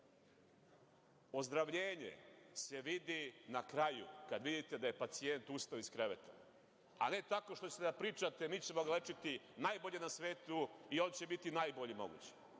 Ozdravljenje se vidi na kraju, kada vidite da je pacijent ustao iz kreveta, a ne tako što ćete da pričate – mi ćemo ga lečiti najbolje na svetu i on će biti najbolji mogući.